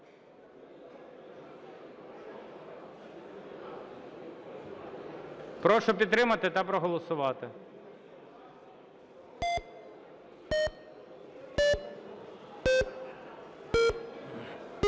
Прошу підтримати та проголосувати.